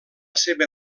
seva